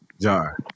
Jar